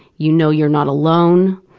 you know you're not alone,